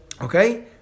Okay